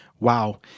Wow